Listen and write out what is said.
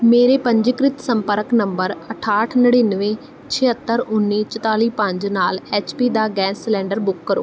ਮੇਰੇ ਪੰਜੀਕ੍ਰਿਤ ਸੰਪਰਕ ਨੰਬਰ ਅਠਾਹਠ ਨੜਿਨਵੇਂ ਛਿਹੱਤਰ ਉੱਨੀ ਚੁਤਾਲੀ ਪੰਜ ਨਾਲ ਐੱਚ ਪੀ ਦਾ ਗੈਸ ਸਿਲੰਡਰ ਬੁੱਕ ਕਰੋ